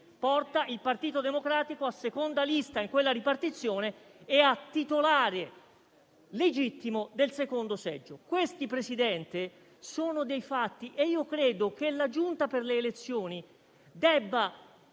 porta il Partito Democratico a seconda lista in quella ripartizione e a titolare legittimo del secondo seggio. Questi, Presidente, sono dei fatti e credo che la Giunta delle elezioni debba